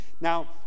Now